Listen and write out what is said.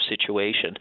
situation